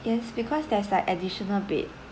yes because there's like additional bed